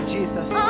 Jesus